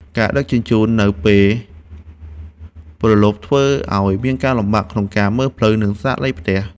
ការដឹកជញ្ជូននៅពេលព្រលប់ធ្វើឱ្យមានការលំបាកក្នុងការមើលផ្លូវ និងស្លាកលេខផ្ទះ។